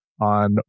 on